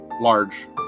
large